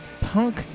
punk